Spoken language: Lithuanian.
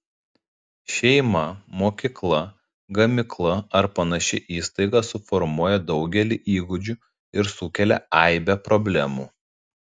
šeima mokykla gamykla ar panaši įstaiga suformuoja daugelį įgūdžių ir sukelia aibę problemų